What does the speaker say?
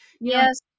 Yes